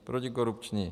Protikorupční.